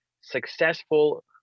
successful